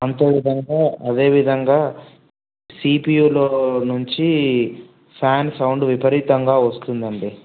అంతే విధంగా అదేవిధంగా సిపియులో నుంచి ఫ్యాన్ సౌండ్ విపరీతంగా వస్తుందండి